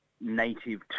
native